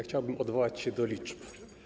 Chciałbym odwołać się do liczb.